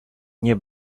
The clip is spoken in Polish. nie